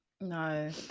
No